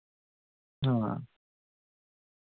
हां